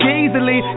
easily